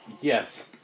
Yes